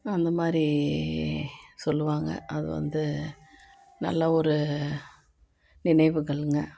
அந்த மாதிரி சொல்லுவாங்க அது வந்து நல்ல ஒரு நினைவுகள்ங்க